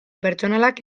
pertsonalak